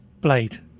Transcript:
Blade